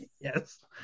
yes